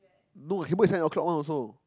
no can book the seven-o'clock one also